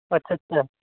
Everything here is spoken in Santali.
ᱟᱪᱪᱷᱟ ᱟᱪᱪᱷᱟ